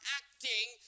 acting